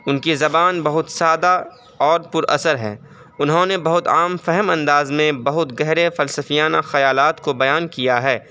ان کی زبان بہت سادہ اور پر اثر ہے انہوں نے بہت عام فہم انداز میں بہت گہرے فلسفیانہ خیالات کو بیان کیا ہے